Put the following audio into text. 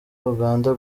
uganda